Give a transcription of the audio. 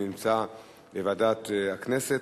נמצא בוועדת הכנסת.